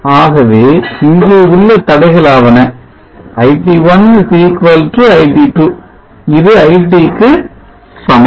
ஆகவே இங்கே உள்ள தடைகளாவன iT1 iT2 இது iT க்கு சமம்